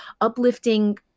uplifting